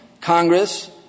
Congress